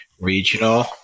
regional